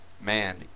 man